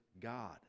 God